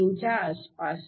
43 च्या आसपास